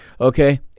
okay